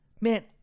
Man